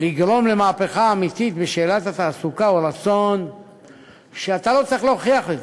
לגרום למהפכה אמיתית בשאלת התעסוקה הוא רצון שאתה לא צריך להוכיח אותו,